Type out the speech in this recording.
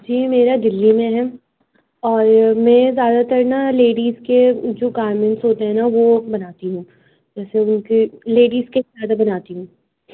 جی میرا دلی میں ہے اور میں زیادہ تر نا لیڈیز کے جو گارمنٹس ہوتے ہیں نا وہ بناتی ہوں جیسے ان کی لیڈیز کے زیادہ بناتی ہوں